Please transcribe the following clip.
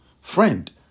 Friend